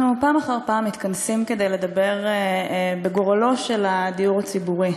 אנחנו פעם אחר פעם מתכנסים כדי לדבר בגורלו של הדיור הציבורי,